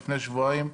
לפני שבועיים.